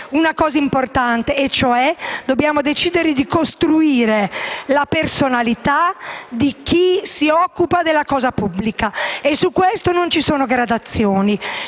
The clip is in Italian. una cosa importante e cioè costruire la personalità di chi si occupa della cosa pubblica, e su questo non ci sono gradazioni.